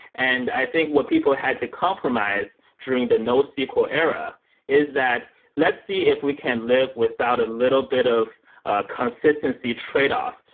and i think what people had to compromise during the nosql era is that let's see if we can live without a little bit of ah consistency tradeoff,